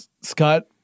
Scott